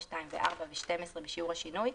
4(2) ו-(4) ו-12 בשיעור השינוי,